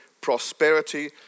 prosperity